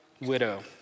widow